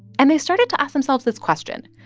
and they started to ask themselves this question.